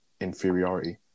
inferiority